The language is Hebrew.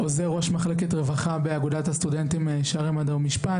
עוזר ראש מחלקת רווחה באגודת הסטודנטים שערי מדע ומשפט.